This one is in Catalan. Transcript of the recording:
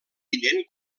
tinent